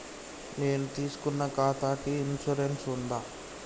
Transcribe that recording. నేను తీసుకున్న ఖాతాకి ఇన్సూరెన్స్ ఉందా?